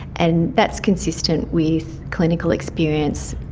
and that's consistent with clinical experience.